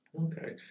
Okay